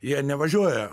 jie nevažiuoja